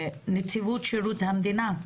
מנציבות שירות המדינה,